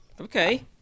Okay